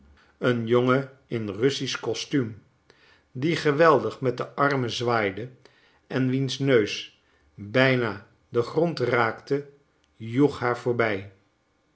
een jongen in russisch kostuum die geweldig met de armen zwaaide en wiens neus bijna den grond raakte joeg haar voorbij